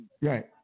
Right